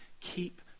Keep